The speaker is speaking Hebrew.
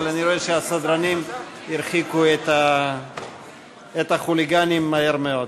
אבל אני רואה שהסדרנים הרחיקו את החוליגנים מהר מאוד.